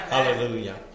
Hallelujah